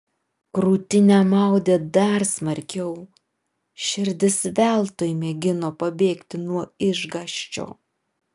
krūtinę maudė dar smarkiau širdis veltui mėgino pabėgti nuo išgąsčio